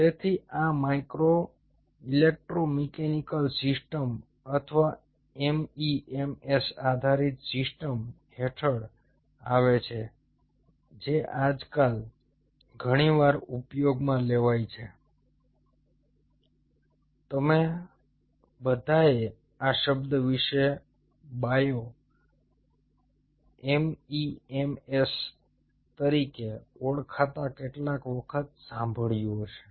તેથી આ micro electromechanical systems અથવા MEMS આધારિત સિસ્ટમ્સ હેઠળ આવે છે જે આજકાલ ઘણી વાર ઉપયોગમાં લેવાય છે તમે બધાએ આ શબ્દ વિશે બાયો MEMS તરીકે ઓળખાતા કેટલાક વખત સાંભળ્યું હશે